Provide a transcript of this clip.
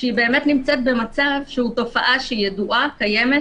שהיא באמת נמצאת במצב שהוא תופעה ידועה, קיימת